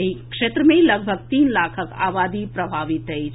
एहि क्षेत्र मे लगभग तीन लाखक आबादी प्रभावित अछि